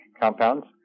compounds